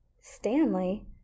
Stanley